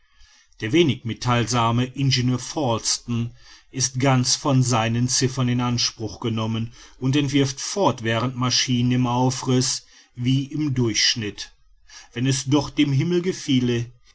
der wenig mittheilsame ingenieur falsten ist ganz von seinen ziffern in anspruch genommen und entwirft fortwährend maschinen im aufriß wie im durchschnitte wenn es doch dem himmel gefiele